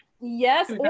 yes